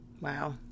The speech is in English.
Wow